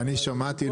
אני שמעתי,